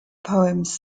poems